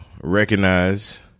Recognize